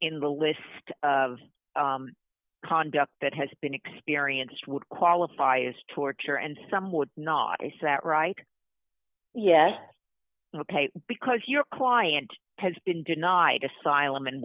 in the list of conduct that has been experienced would qualify as torture and some would not i sat right yes because your client has been denied asylum